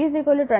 67 volt